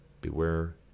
beware